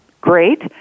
great